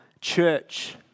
church